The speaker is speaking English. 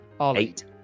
Eight